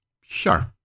sure